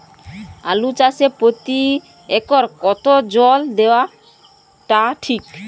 আলু চাষে প্রতি একরে কতো জল দেওয়া টা ঠিক?